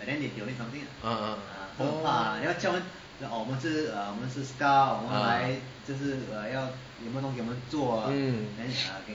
uh uh uh ah mm